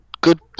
good